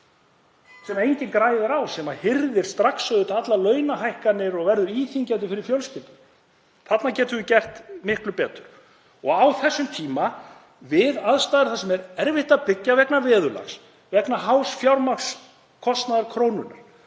sem enginn græðir á, sem hirðir strax allar launahækkanir og verður íþyngjandi fyrir fjölskyldur. Þarna getum við gert miklu betur. Á þessum tíma við aðstæður þar sem er erfitt að byggja vegna veðurlags, vegna hás fjármagnskostnaðar krónunnar,